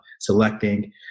selecting